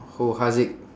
who haziq